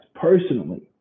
personally